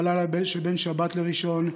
בלילה שבין שבת לראשון,